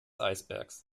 eisbergs